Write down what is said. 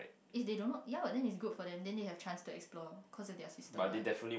if they don't know yeah then it's good for them then they have chance to explore cause that they are system one